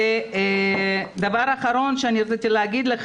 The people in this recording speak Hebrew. דבר אחרון שרציתי להגיד,